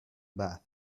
bath